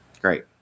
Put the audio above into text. great